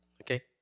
okay